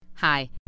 Hi